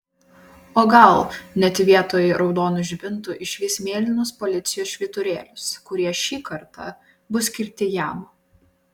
o gal net vietoj raudonų žibintų išvys mėlynus policijos švyturėlius kurie šį kartą bus skirti jam